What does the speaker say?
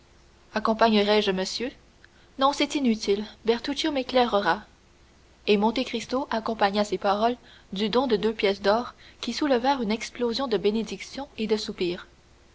accompagnerai je monsieur non c'est inutile bertuccio m'éclairera et monte cristo accompagna ces paroles du don de deux pièces d'or qui soulevèrent une explosion de bénédictions et de soupirs